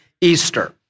Easter